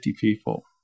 people